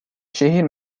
şehir